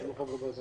כמו שאמרתי,